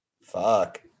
Fuck